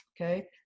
okay